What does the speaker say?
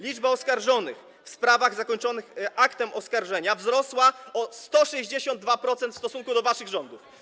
Liczba oskarżonych w sprawach zakończonych aktem oskarżenia wzrosła o 162% w stosunku do waszych rządów.